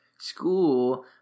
school